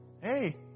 hey